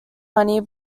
money